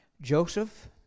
Joseph